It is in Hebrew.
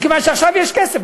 מכיוון שעכשיו יש כסף,